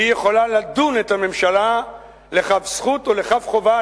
והיא יכולה לדון את הממשלה לכף זכות או לכף חובה,